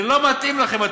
זה לא מתאים לכם,